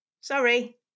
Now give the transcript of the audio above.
Sorry